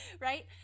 right